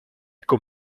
con